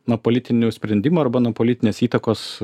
nuo politinių sprendimų arba nuo politinės įtakos